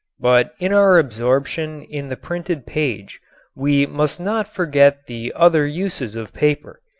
but in our absorption in the printed page we must not forget the other uses of paper.